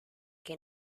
que